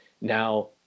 Now